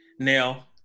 Now